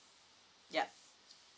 yup